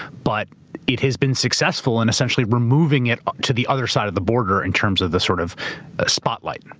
but it has been successful in essentially removing it to the other side of the border in terms of the sort of ah spotlight. and